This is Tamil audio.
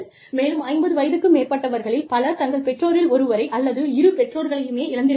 மேலும் 50 வயதுக்கு மேற்பட்டவர்களில் பலர் தங்கள் பெற்றோரில் ஒருவரை அல்லது இரு பெற்றோர்களையும் இழந்திருப்பார்கள்